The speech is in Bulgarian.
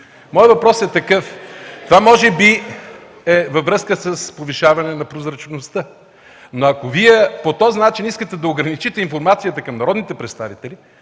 от КБ: „Е-е-е!”) Това може би е във връзка с повишаване на прозрачността, но ако по този начин Вие искате да ограничите информацията към народните представители,